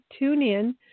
TuneIn